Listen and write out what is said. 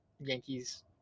Yankees